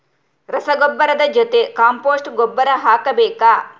ರಸಗೊಬ್ಬರದ ಜೊತೆ ಕಾಂಪೋಸ್ಟ್ ಗೊಬ್ಬರ ಹಾಕಬೇಕಾ?